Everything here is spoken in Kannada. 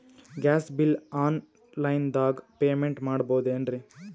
ಗ್ಯಾಸ್ ಬಿಲ್ ಆನ್ ಲೈನ್ ದಾಗ ಪೇಮೆಂಟ ಮಾಡಬೋದೇನ್ರಿ?